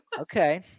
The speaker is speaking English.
Okay